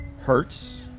hurts